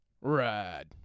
ride